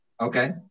Okay